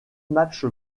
match